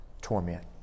torment